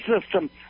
system